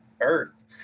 earth